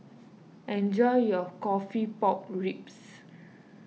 enjoy your Coffee Pork Ribs